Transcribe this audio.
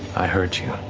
i heard you.